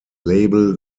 label